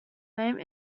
name